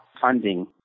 funding